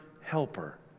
helper